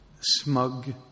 smug